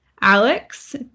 Alex